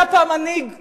היה פעם מנהיג דגול,